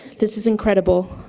this is incredible.